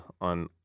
on